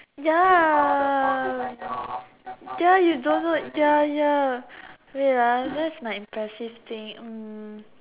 ya ya you don't know ya ya wait ah what's my impressive thing um